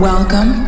Welcome